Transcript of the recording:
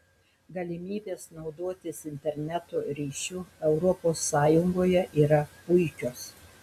galimybės naudotis interneto ryšiu europos sąjungoje yra puikios